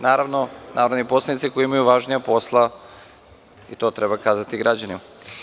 Naravno, narodni poslanici koji imaju važnija posla i to treba kazati građanima.